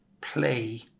play